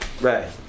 Right